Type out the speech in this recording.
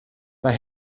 mae